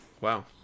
Wow